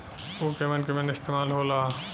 उव केमन केमन इस्तेमाल हो ला?